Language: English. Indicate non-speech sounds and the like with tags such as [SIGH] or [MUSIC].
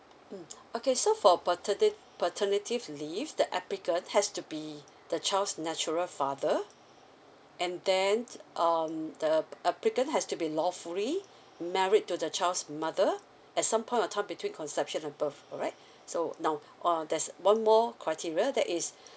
mm [BREATH] okay so for paterti~ paternity leave the applicant has to be [BREATH] the child's natural father and then um the applicant has to be lawfully [BREATH] married to the child's mother at some point of time between conception above alright [BREATH] so now [BREATH] uh there's one more criteria that is [BREATH]